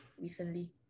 recently